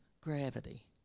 gravity